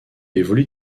évolue